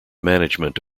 management